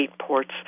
ports